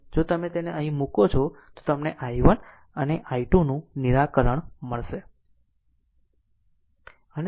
જો તમે તેને અહીં મુકો છો તો તમને i1 અને i2 નું નિરાકરણ મળશે